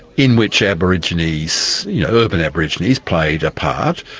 in which aborigines you know urban aborigines played a part.